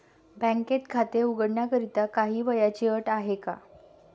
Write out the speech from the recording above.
बँकेत खाते उघडण्याकरिता काही वयाची अट आहे का?